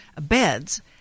beds